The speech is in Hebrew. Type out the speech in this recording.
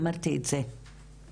אמרתי את זה מהתחלה.